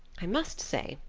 i must say,